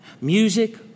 Music